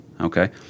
okay